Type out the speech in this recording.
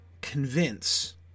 convince